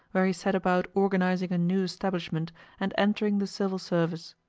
where he set about organising a new establishment and entering the civil service.